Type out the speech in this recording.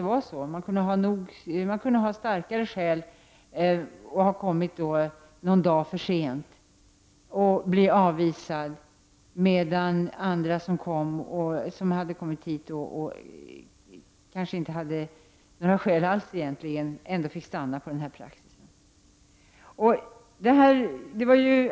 Det kunde hända att människor blev avvisade för att de kommit någon dag för sent, trots att de hade starkare skäl än andra som kommit till Sverige i rätt tid men utan andra skäl än denna praxis, för att få stanna i Sverige.